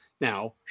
Now